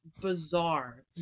bizarre